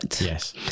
Yes